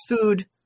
food